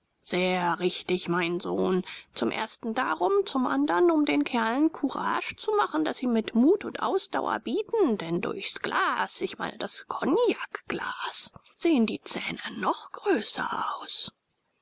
sehr richtig mein sohn zum ersten darum zum andern um den kerlen kurasch zu machen daß sie mit mut und ausdauer bieten denn durchs glas ich meine das kognakglas sehen die zähne noch größer aus